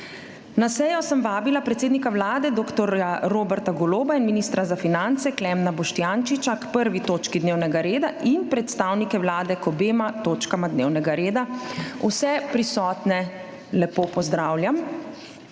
Na sejo sem vabila predsednika Vlade dr. Roberta Goloba in ministra za finance Klemena Boštjančiča k 1. točki dnevnega reda in predstavnike Vlade k obema točkama dnevnega reda. Vse prisotne lepo pozdravljam!